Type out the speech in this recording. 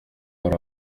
hari